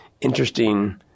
interesting